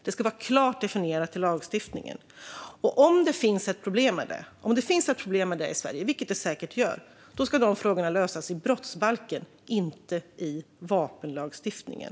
Det ska vara klart definierat i lagstiftningen. Om det finns ett problem med det i Sverige, vilket det säkert gör, ska de frågorna lösas i brottsbalken och inte i vapenlagstiftningen.